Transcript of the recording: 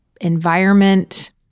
environment